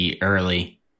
early